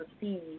see